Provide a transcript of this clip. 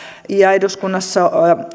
ja eduskunnassa